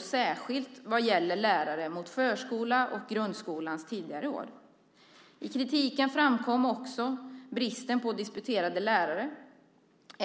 särskilt vad gäller lärare med inriktning mot förskola och grundskolans tidigare år. Det fanns också kritik mot bristen på disputerade lärare.